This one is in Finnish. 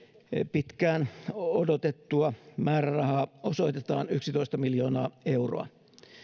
pitkään odotettua määrärahaa osoitetaan yksitoista miljoonaa euroa